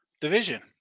division